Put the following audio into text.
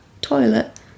toilet